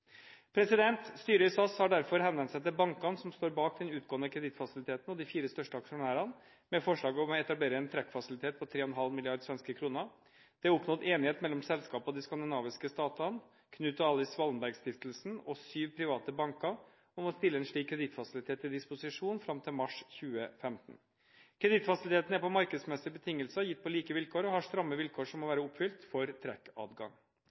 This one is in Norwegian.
Styret i SAS har derfor henvendt seg til bankene som står bak den utgående kredittfasiliteten, og de fire største aksjonærene med forslag om å etablere en trekkfasilitet på 3,5 mrd. svenske kroner. Det er oppnådd enighet mellom selskapet og de skandinaviske statene, Knut och Alice Wallenbergs Stiftelse, KAW, og syv private banker om å stille en slik kredittfasilitet til disposisjon fram til mars 2015. Kredittfasiliteten er på markedsmessige betingelser, gitt på like vilkår, og har stramme vilkår som må være oppfylt for trekkadgang.